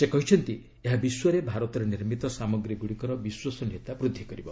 ସେ କହିଛନ୍ତି ଏହା ବିଶ୍ୱରେ ଭାରତରେ ନିର୍ମିତ ସାମଗ୍ରୀ ଗୁଡ଼ିକର ବିଶ୍ୱସନୀୟତା ବୃଦ୍ଧି କରିବ